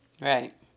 Right